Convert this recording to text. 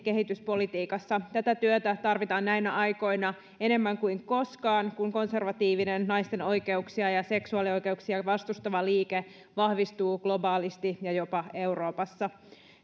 kehityspolitiikassa tätä työtä tarvitaan näinä aikoina enemmän kuin koskaan kun konservatiivinen naisten oikeuksia ja seksuaalioikeuksia vastustava liike vahvistuu globaalisti ja jopa euroopassa